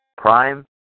Prime